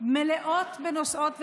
בנוסעות ונוסעים,